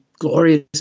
glorious